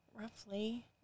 roughly